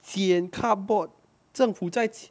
捡 cardboard 政府在一起